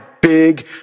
big